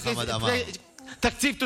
זה קשה לשמוע אותך, כי אתה לא אומר דברים נכונים.